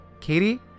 Katie